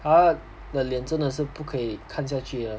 他的脸真的是不可以看下去